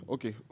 Okay